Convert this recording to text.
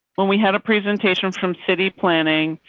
when we had a presentation from city planning,